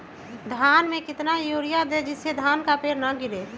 धान में कितना यूरिया दे जिससे धान का पेड़ ना गिरे?